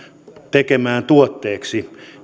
tekemään tuotteeksi